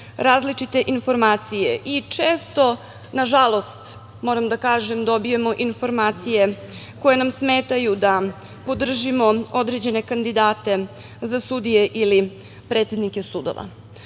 različite informacije i često, nažalost, moram da kažem, dobijemo informacije koje nam smetaju da podržimo određene kandidate za sudije ili predsednike sudova. Postoje